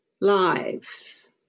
lives